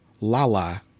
Lala